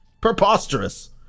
preposterous